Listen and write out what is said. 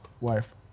wife